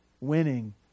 winning